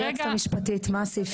היועצת המשפטית מה הסעיפים?